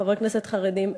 חברי כנסת חרדים,